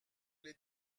les